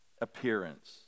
appearance